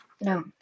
no